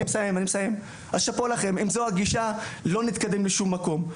אם זאת הגישה לא נתקדם לשום מקום,